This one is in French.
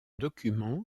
document